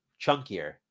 chunkier